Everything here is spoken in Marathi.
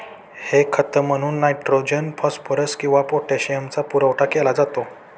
हे खत म्हणून नायट्रोजन, फॉस्फरस किंवा पोटॅशियमचा पुरवठा केला जातो